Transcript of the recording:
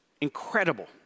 incredible